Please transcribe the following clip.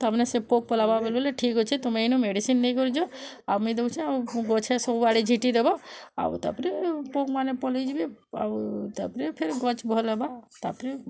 ତା'ମାନେ ସେ ପୋକ୍ ଲଗାବେ ବୋଲି ଠିକ୍ ଅଛି ତମେ ଏଇନେ ମେଡ଼ିସିନ ନେଇ କରି ଯାଅ ଆମେ ଦେଉଛେ ଗଛ ସବୁ ଆଡ଼େ ଝିିଟି ଦବ ଆଉ ତା'ପରେ ପୋକ୍ ମାନେ ପଳାଇଯିବେ ଆଉ ତା'ପରେ ଫିର୍ ଗଛ୍ ଭଲ୍ ହବ ତା'ପରେ